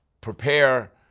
prepare